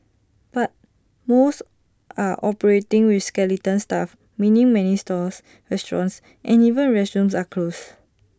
but most are operating with skeleton staff meaning many stores restaurants and even restrooms are closed